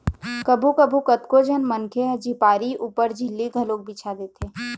कभू कभू कतको झन मनखे ह झिपारी ऊपर झिल्ली घलोक बिछा देथे